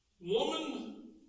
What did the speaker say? woman